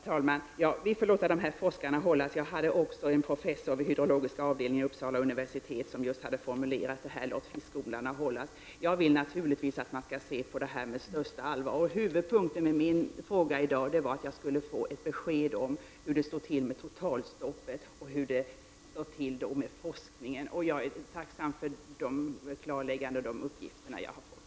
Herr talman! Vi får låta forskarna hållas. Jag hade också tänkt nämna en professor vid hydrologiska avdelningen på Uppsala universitet, som just formulerade det så här: Låt fiskodlarna hållas. Jag vill naturligtvis att man skall se på detta med största allvar. Huvudpunkten i min fråga i dag var att jag ville få ett besked om hur det stod till med totalstoppet och med forskningen, och jag är tacksam för de klarlägganden och de uppgifter jag har fått.